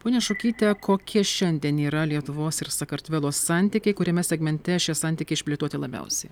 ponia šukyte kokie šiandien yra lietuvos ir sakartvelo santykiai kuriame segmente šie santykiai išplėtoti labiausiai